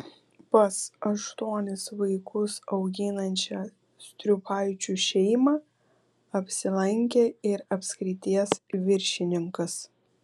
pas aštuonis vaikus auginančią striupaičių šeimą apsilankė ir apskrities viršininkas